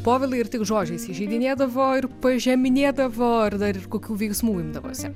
povilai ar tik žodžiais įžeidinėdavo ir pažeminėdavo ir dar ir kokių veiksmų imdavosi